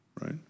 right